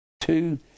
two